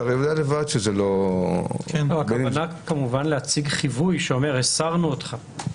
אתה יודע- -- כמובן להציג חיווי שאומר: הסרנו אותך.